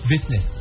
business